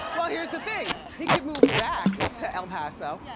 well here's the thing. he could move back to el paso, yeah